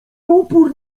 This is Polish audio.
upór